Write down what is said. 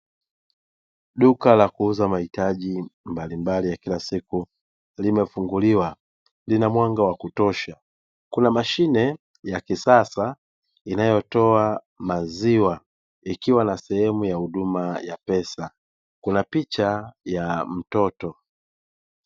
Duka la kuuza mahitaji mbalimbali ya kila siku, limefuliwa, lina mwanga wa kutosha. Kuna mashine ya kisasa inayotoa maziwa, ikiwa na sehemu ya huduma ya pesa, kuna picha ya mtoto.